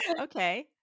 Okay